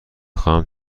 خواهم